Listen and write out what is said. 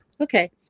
Okay